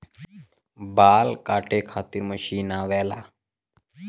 बाल काटे खातिर मशीन आवेला